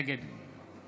נגד